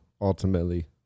ultimately